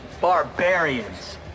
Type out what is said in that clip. barbarians